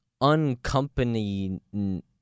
uncompany